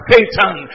Satan